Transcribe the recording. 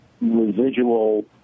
residual